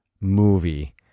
movie